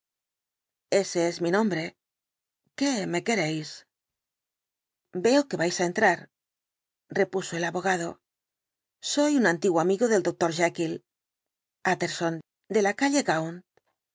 ese es mi nombre qué me queréis el dr jektll veo que vais á entrar repuso el abogado soy un antiguo amigo del dr jekyll utterson de la calle